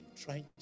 trying